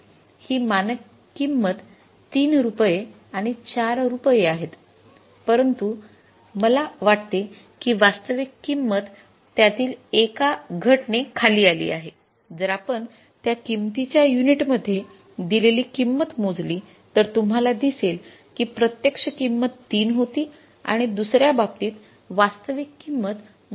की मानक किंमती ३ रुपये आणि ४ रुपये आहेत परंतु मला वाटते की वास्तविक किंमत त्यातील एका घट ने खाली आली आहे जर आपण त्या किंमतीच्या युनिटमध्ये दिलेली किंमत मोजली तर तुम्हाला दिसेल की प्रत्यक्ष किंमत ३ होती आणि दुसर्या बाबतीत वास्तविक किंमत २